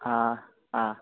ಹಾಂ ಆಂ